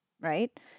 right